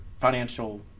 financial